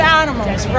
animals